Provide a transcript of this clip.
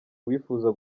uwifuza